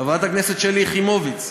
חברת הכנסת שלי יחימוביץ,